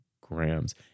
grams